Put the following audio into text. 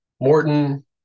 morton